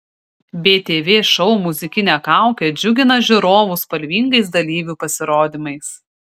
btv šou muzikinė kaukė džiugina žiūrovus spalvingais dalyvių pasirodymais